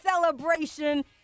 celebration